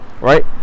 right